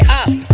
up